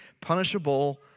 punishable